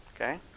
Okay